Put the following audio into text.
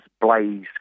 Blaze